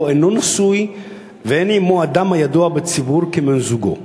אינו נשוי ואין עמו אדם הידוע בציבור כבן-זוגו.